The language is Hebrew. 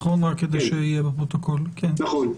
נכון.